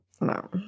No